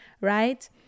right